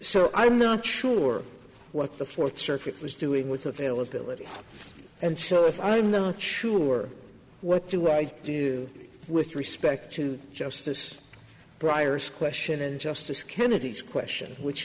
so i'm not sure what the fourth church it was doing with availability and so if i'm not sure what do i do with respect to justice briar's question and justice kennedy's question which